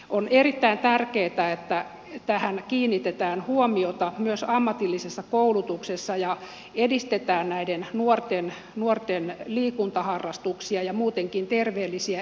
on erittäin tärkeätä että tähän kiinnitetään huomiota myös ammatillisessa koulutuksessa ja edistetään näiden nuorten liikuntaharrastuksia ja muutenkin terveellisiä elämäntapoja